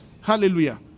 Hallelujah